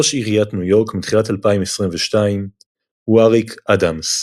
ראש עיריית ניו יורק מתחילת 2022 הוא אריק אדמס.